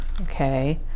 okay